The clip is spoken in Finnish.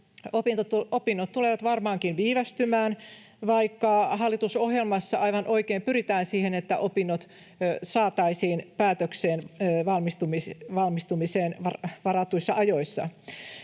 opinnot tulevat varmaankin viivästymään, vaikka hallitusohjelmassa aivan oikein pyritään siihen, että opinnot saataisiin päätökseen valmistumiseen varatuissa ajoissa.